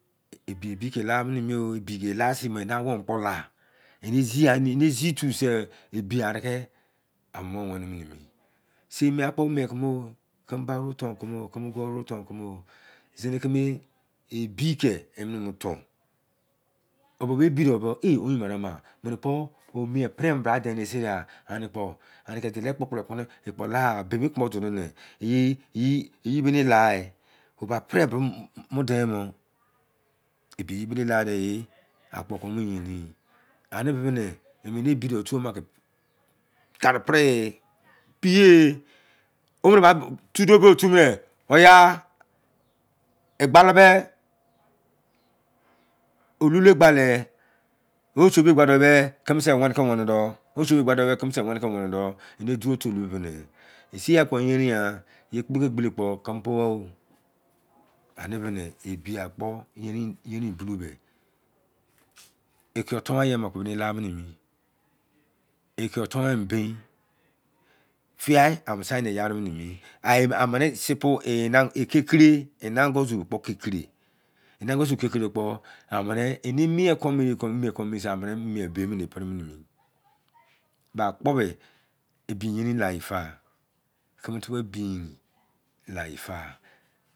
Ebi tce bi ke la wene mi la sine eni awon kpo kpemi zith sei ebi are ke la, sai ma kpo mie ku mo, tceme ba-kumo, zini keme ye ke ye ebi ke tori, eke bi don bra emene kpo kpemi ye di de sieya eni akpo mi deh ekpo la yei bina ki ebi pei mu bra den mo ebiye la-de ye, akpo yenin ye ene be beh ne eme ebide otu ama tare pere-peile tu doh tu beh ya abahi beh olu leh gbali o suo be ne tceme sei wene ke wene doh kene sa wene doh eni da tolo mene sa akpo yerin ah tai tepo yarin ah ye shede kpo kemi gholo ebi akpo yenin bulu beh ekiyo tua zaye tce lamene ekiyo faa bin, fia ene send yani were mi ene sikpo ekedce re eni angozu kpo kekere eni angozu kekere tipo emi keme ye sei mie bia pene-mene, meakpo beh ebie yeria layefa tcenu tubo ebiyerin kyefa.